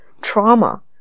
trauma